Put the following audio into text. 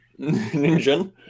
Ninja